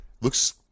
looks